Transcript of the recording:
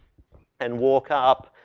and walk up,